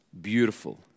beautiful